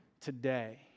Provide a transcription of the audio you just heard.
today